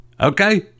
Okay